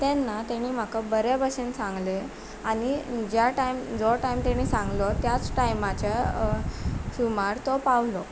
तेन्ना तेणें म्हाका बरे बशेन सांगलें आनी ज्या टायम जो टायम तेणी सांगलो त्याच टायमाच्या सुमार तो पावलो